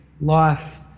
life